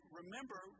remember